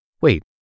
Wait